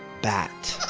bat